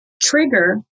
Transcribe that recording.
Trigger